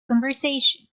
conversation